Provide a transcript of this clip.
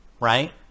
Right